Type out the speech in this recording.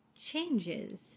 changes